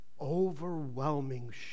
overwhelming